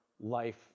life